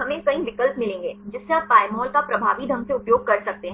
हमें कई विकल्प मिलेंगे जिससे आप Pymol का प्रभावी ढंग से उपयोग कर सकते हैं